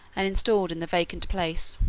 and installed in the vacant place.